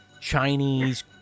Chinese